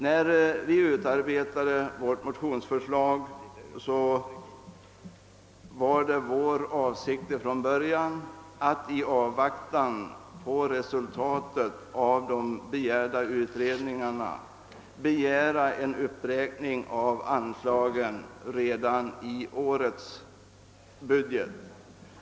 När vi utarbetade vårt motionsförslag var det från början vår avsikt att i avvaktan på resultatet av de begärda utredningarna föreslå en uppräkning av anslagen redan i årets budget.